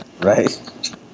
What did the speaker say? right